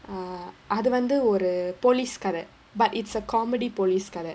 err அது வந்து ஒரு:athu vanthu oru police காரர்:kaarar but it's a comedy police காரர்:kaarar